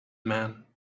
man